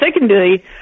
secondly